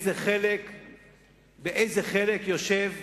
באיזה חלק מי יושב,